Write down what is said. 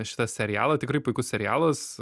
šitą serialą tikrai puikus serialas